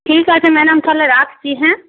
ঠিক আছে ম্যাডাম তাহলে রাখছি হ্যাঁ